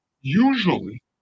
usually